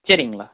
சரிங்களா